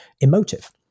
emotive